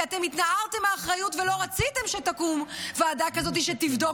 כי התנערתם מאחריות ולא רציתם שתקום ועדה כזאת שתבדוק,